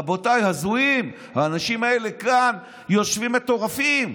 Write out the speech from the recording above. רבותיי, הזויים האנשים האלה, כאן יושבים מטורפים.